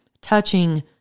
touching